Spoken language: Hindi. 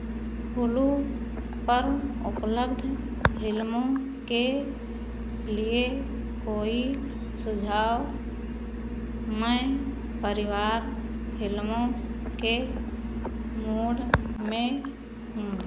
हुलू पर उपलब्ध फ़िल्मों के लिए कोई सुझाव मैं परिवार फ़िल्मों के मूड में